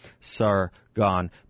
Sargon